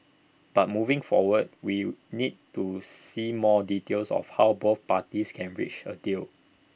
but moving forward we need to see more details of how both parties can reach A deal